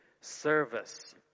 service